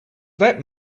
that